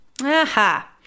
Aha